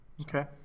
Okay